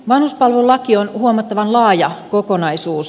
vanhuspalvelulaki on huomattavan laaja kokonaisuus